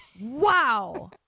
wow